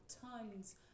tons